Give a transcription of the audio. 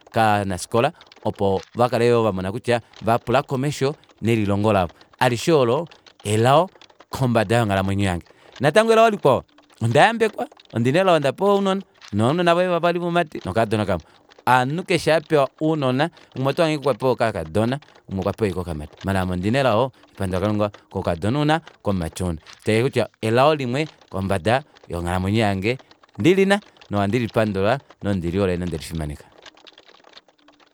Naanafikola vakale yoo vamona kutya vapula komesho nelilongo lalishe oolo elao kombada yonghalamwenyo yange natango elao likwao ondayambekwa ondina elao ondapewa ounona una ounona voye veli vavali voumati nokakadona kamwe hamunhu keshe apewa ounona umwe oto hange apewa ashike okakadona umwe okwapewa ashike okamati maala ame ondina elao ohaipandula kalunga komukadona ouna komumati ouna tashiti kutya elao limwe kombada yonghalamwenyo yange ndilina nohandi lipandula nondilihole nonde lifimaneka